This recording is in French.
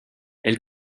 elle